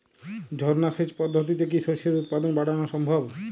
ঝর্না সেচ পদ্ধতিতে কি শস্যের উৎপাদন বাড়ানো সম্ভব?